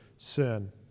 Sin